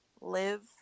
live